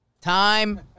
Time